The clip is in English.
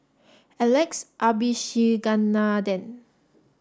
Alex Abisheganaden